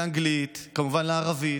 לאנגלית, כמובן לערבית,